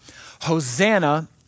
Hosanna